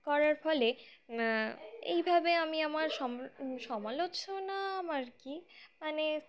করার ফলে এইভাবে আমি আমার সমালোচনা আর কি মানে